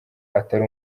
atari